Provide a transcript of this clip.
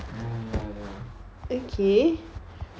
ya ya ya